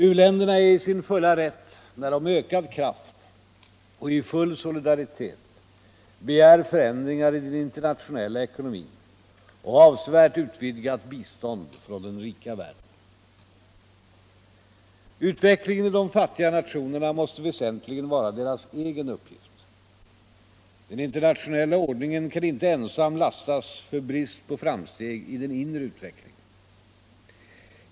U-länderna är i sin fulla rätt när de med ökad kraft och i full solidaritet begär förändringar i den internationella ekonomin och avsevärt utvidgat bistånd från den rika världen. Utvecklingen i de fattiga nationerna måste väsentligen vara deras egen uppgift. Den internationella ordningen kan inte ensam lastas för brist på framsteg i den inre utvecklingen.